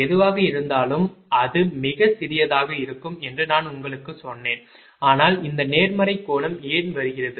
எதுவாக இருந்தாலும் அது மிகச் சிறியதாக இருக்கும் என்று நான் உங்களுக்குச் சொன்னேன் ஆனால் இந்த நேர்மறை கோணம் ஏன் வருகிறது